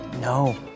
No